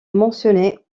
mentionnés